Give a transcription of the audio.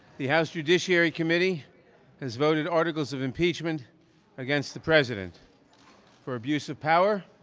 the house judiciary committee has voted articles of impeachment against the president for abuse of power